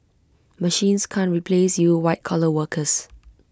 machines can't replace you white collar workers